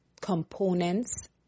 components